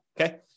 okay